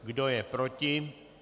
Kdo je proti?